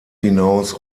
hinaus